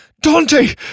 Dante